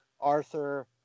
Arthur